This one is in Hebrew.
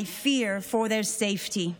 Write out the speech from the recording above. I fear for their safety.